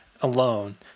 alone